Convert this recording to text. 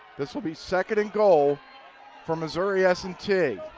this will be second and goal for missouri s and t.